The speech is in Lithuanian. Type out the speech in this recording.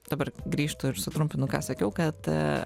dabar grįžtu ir sutrumpinu ką sakiau kad